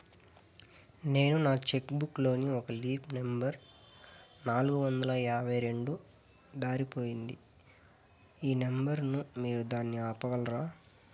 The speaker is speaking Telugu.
నేను నా చెక్కు బుక్ లోని ఒక లీఫ్ నెంబర్ నాలుగు వందల యాభై రెండు దారిపొయింది పోయింది ఈ నెంబర్ ను మీరు దాన్ని ఆపగలరా?